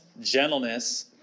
gentleness